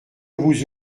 vous